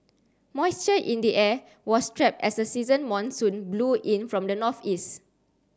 moisture in the air was trapped as a season monsoon blew in from the northeast